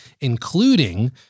including